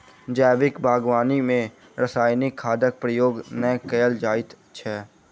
जैविक बागवानी मे रासायनिक खादक प्रयोग नै कयल जाइत छै